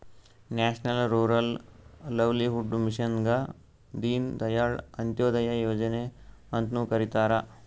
national rural livelihood ಮಿಷನ್ಗ ದೀನ್ ದಯಾಳ್ ಅಂತ್ಯೋದಯ ಯೋಜನೆ ಅಂತ್ನು ಕರಿತಾರ